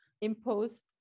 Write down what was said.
imposed